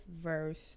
verse